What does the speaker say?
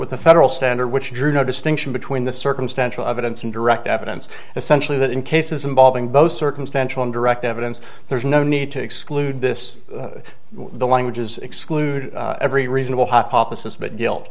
with the federal standard which drew no distinction between the circumstantial evidence and direct evidence essentially that in cases involving both circumstantial and direct evidence there's no need to exclude this the languages exclude every reasonable hypothesis but guilt